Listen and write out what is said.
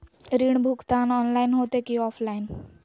ऋण भुगतान ऑनलाइन होते की ऑफलाइन?